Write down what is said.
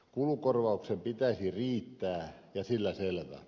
kulukorvauksen pitäisi riittää ja sillä selvä